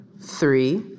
three